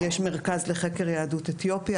יש מרכז לחקר יהדות אתיופיה,